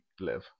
live